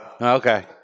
Okay